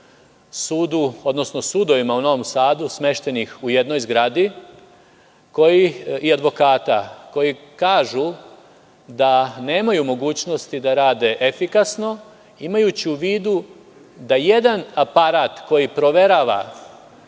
zaposlenih u sudovima u Novom Sadu smeštenih u jednoj zgradi i advokata koji kažu da nemaju mogućnosti da rade efikasno, imajući u vidu da jedan aparat koji proverava